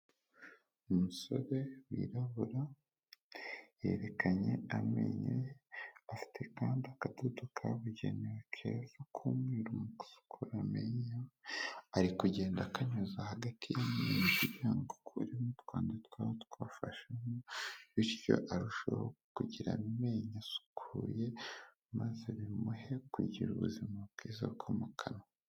Umusore wirabura yerekanye amenyo ye, afite kandi akadodo kabugenewe keza k'umweru mu ki ko wamenya, ari kugenda akanyuza hagati y'amenyo kugira ngo akuremo utwanda twaba twafashemo, bityo arusheho kugira amenyo asukuye, maze bimuhe kugira ubuzima bwiza bwo mu kanwa.